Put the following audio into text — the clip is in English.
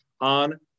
on